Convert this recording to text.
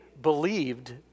believed